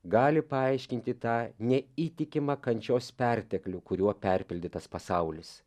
gali paaiškinti tą neįtikimą kančios perteklių kuriuo perpildytas pasaulis